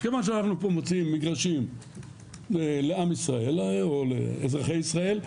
כיוון שאנחנו פה מוציאים מגרשים לעם ישראל או לאזרחי ישראל,